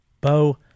Bo